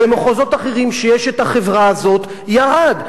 במחוזות אחרים, שיש החברה הזאת, ירד.